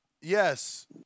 Yes